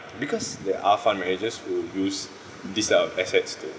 because there are fund managers who use this type of assets to